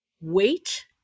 wait